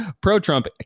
pro-Trump